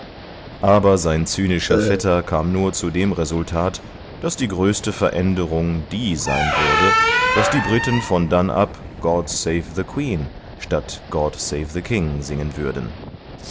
aber sein zynischer vetter kam nur zu dem resultat daß die größte veränderung die sein würde daß die briten von dann ab god save the queen statt god save the king singen würden